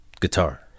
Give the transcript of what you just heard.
guitar